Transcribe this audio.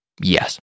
Yes